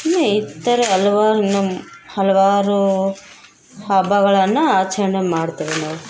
ಇನ್ನೂ ಈ ಥರ ಹಲವಾರು ನಮ್ಮ ಹಲವಾರು ಹಬ್ಬಗಳನ್ನು ಆಚರಣೆ ಮಾಡ್ತೇವೆ ನಾವು